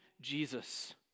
Jesus